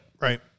Right